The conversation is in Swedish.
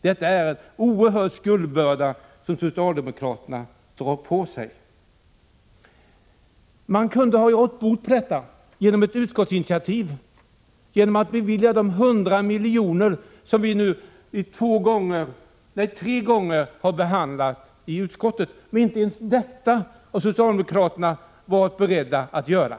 Det är en oerhörd skuldbörda som socialdemokraterna tar på sig. Man kunde gjort bot för detta genom ett utskottsinitiativ, genom att bevilja de 100 milj.kr. som vi nu tre gånger har behandlat i utskottet, men inte ens detta har socialdemokraterna varit beredda att göra.